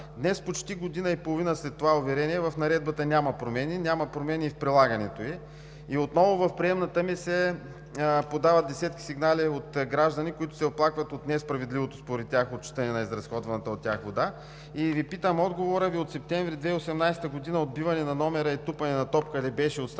Днес, почти година и половина след това уверение, в Наредбата няма промени, няма промени и в прилагането ѝ. Отново в приемната ми се подават десетки сигнали от граждани, които се оплакват от несправедливото според тях отчитане на изразходваната от тях вода. Питам Ви: отговорът Ви от месец септември 2018 г. отбиване на номера и тупане на топка ли беше от страна